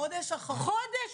אז חזר